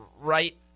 Right